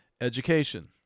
education